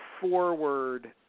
forward